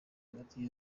hagati